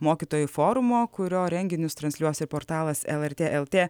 mokytojų forumo kurio renginius transliuos portalas lrt lt